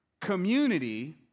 community